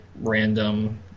random